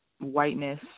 whiteness